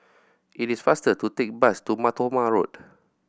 it is faster to take the bus to Mar Thoma Road